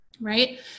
Right